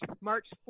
March